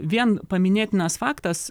vien paminėtinas faktas